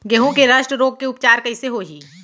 गेहूँ के रस्ट रोग के उपचार कइसे होही?